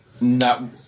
No